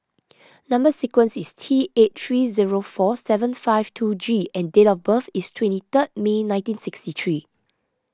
Number Sequence is T eight three zero four seven five two G and date of birth is twenty third May nineteen sixty three